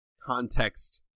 context